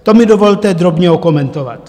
To mi dovolte drobně okomentovat.